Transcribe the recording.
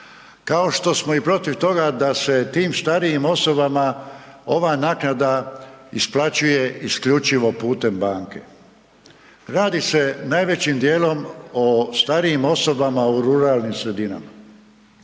kao što smo i protiv toga da se tim starijim osobama ova naknada isplaćuje isključivo putem banke. Radi se najvećim dijelom o starijim osobama u ruralnim sredinama.